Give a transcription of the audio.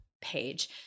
page